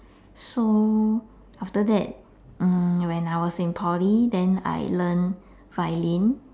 so after that mm when I was in poly then I learn violin